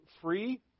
free